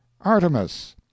Artemis